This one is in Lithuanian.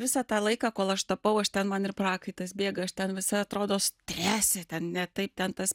visą tą laiką kol aš tapau aš ten man ir prakaitas bėga aš ten visa atrodo strese ten ne taip ten tas